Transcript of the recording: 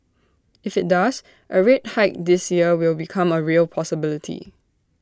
if IT does A rate hike this year will become A real possibility